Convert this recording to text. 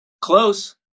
Close